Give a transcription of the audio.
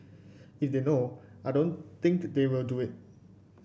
if they know I don't think they will do it